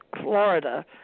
Florida